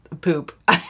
poop